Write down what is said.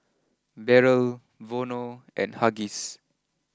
Barrel Vono and Huggies